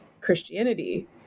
Christianity